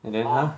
and then lah